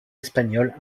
espagnols